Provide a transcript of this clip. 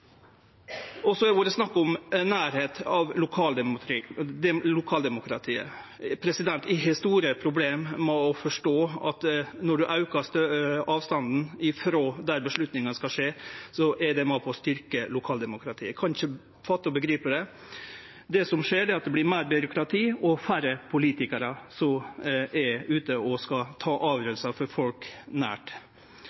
rammer. Så har det vore snakk om nærleik til lokaldemokratiet. Eg har store problem med å forstå at når ein aukar avstanden frå der avgjerdene skal takast, så er det med på å styrkje lokaldemokratiet. Eg kan ikkje fatte og begripe det. Det som skjer, er at det vert meir byråkrati og færre politikarar som er ute og skal ta